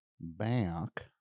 back